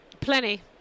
Plenty